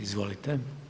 Izvolite.